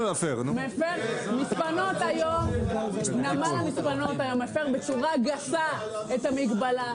נמל המספנות היום מפר בצורה גסה את המגבלה.